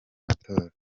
matora